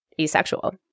asexual